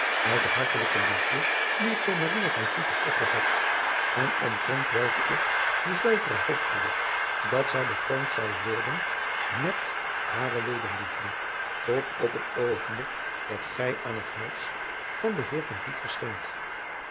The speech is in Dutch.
uit de hartelijke liefde die ik voor had opgevat en omtrent welke ik de zuivere hoop voedde dat zij bekroond zou worden met hare wederliefde tot op het oogenblik dat gij aan het huis van den eer verscheent